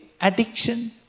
Addiction